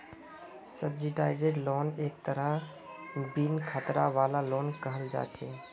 subsidised loan एक तरहेर बिन खतरा वाला लोन कहल जा छे